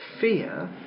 fear